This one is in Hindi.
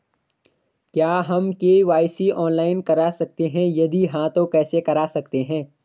क्या हम के.वाई.सी ऑनलाइन करा सकते हैं यदि हाँ तो कैसे करा सकते हैं?